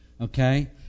Okay